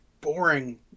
boring